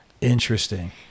interesting